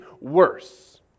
worse